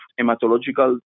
hematological